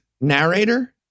narrator